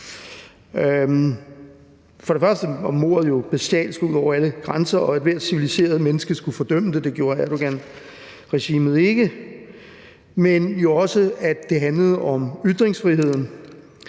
For det første var mordet jo bestialsk ud over alle grænser, og ethvert civiliseret menneske burde fordømme det, og det gjorde Erdoganregimet ikke. For det andet handler det om ytringsfriheden.